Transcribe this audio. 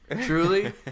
truly